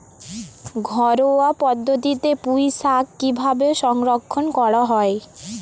ঘরোয়া পদ্ধতিতে পুই শাক কিভাবে সংরক্ষণ করা হয়?